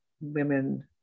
women